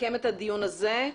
נסכם את הדיון הזה,